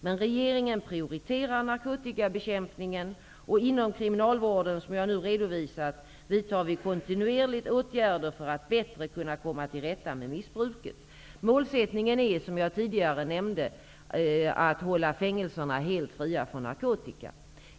Men regeringen prioriterar narkotikabekämpningen, och inom kriminalvården, som jag nu redovisat, vidtar vid kontunerligt åtgärder för att bättre kunna komma till rätta med missbruket. Målsättningen är som jag tidigare nämnde att hålla fängelserna helt fria från narkotika.